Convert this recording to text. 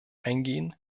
eingehen